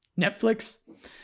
Netflix